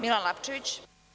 Milan Lapčević.